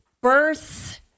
birth